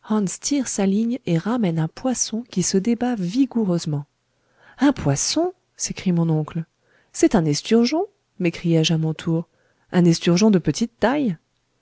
sa ligne et ramène un poisson qui se débat vigoureusement un poisson s'écrie mon oncle c'est un esturgeon m'écriai-je à mon tour un esturgeon de petite taille